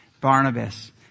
Barnabas